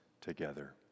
together